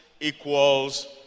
equals